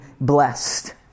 blessed